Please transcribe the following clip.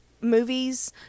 movies